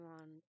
on